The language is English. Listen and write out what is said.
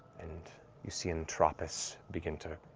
and you see entropis begin to